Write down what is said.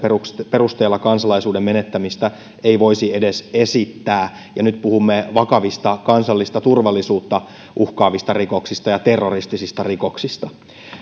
perusteella kansalaisuuden menettämistä ei voisi edes esittää ja nyt puhumme vakavista kansallista turvallisuutta uhkaavista rikoksista ja terroristisista rikoksista